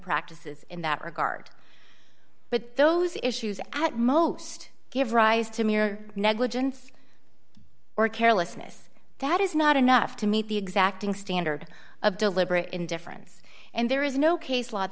practices in that regard but those issues at most give rise to mere negligence or carelessness that is not enough to meet the exacting standard of deliberate indifference and there is no case l